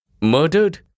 Murdered